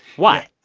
why?